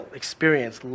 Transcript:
experience